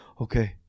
okay